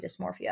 dysmorphia